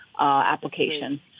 application